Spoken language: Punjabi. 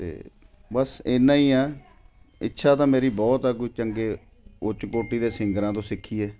ਅਤੇ ਬਸ ਇੰਨਾਂ ਹੀ ਆ ਇੱਛਾ ਤਾਂ ਮੇਰੀ ਬਹੁਤ ਆ ਕੋਈ ਚੰਗੇ ਉੱਚ ਕੋਟੀ ਦੇ ਸਿੰਗਰਾਂ ਤੋਂ ਸਿੱਖੀਏ